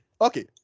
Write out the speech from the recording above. okay